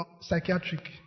psychiatric